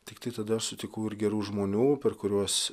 tiktai tada aš sutikau ir gerų žmonių per kuriuos